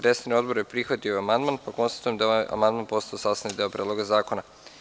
Resorni odbor je prihvatio amandman, pa konstatujem da je ovaj amandman postao sastavni deo Predloga zakona.